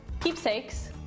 keepsakes